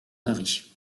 mari